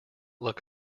look